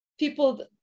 people